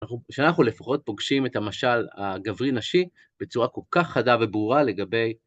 כשאנחנו לפחות פוגשים את המשל הגברי-נשי בצורה כל כך חדה וברורה לגבי...